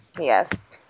yes